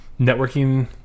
networking